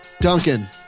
Duncan